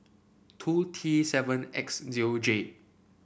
two T seven X zero J